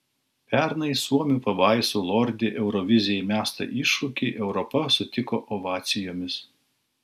pernai suomių pabaisų lordi eurovizijai mestą iššūkį europa sutiko ovacijomis